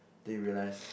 then you realise